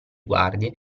guardie